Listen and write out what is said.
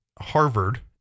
Harvard